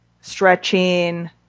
stretching